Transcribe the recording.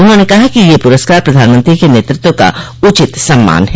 उन्होंने कहा कि ये पुरस्कार प्रधानमंत्री के नेतृत्व का उचित सम्मान है